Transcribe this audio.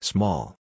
Small